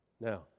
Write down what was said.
Now